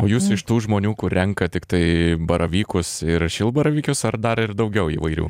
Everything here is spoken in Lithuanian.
o jūs iš tų žmonių kur renka tiktai baravykus ir šilbaravykius ar dar ir daugiau įvairių